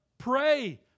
Pray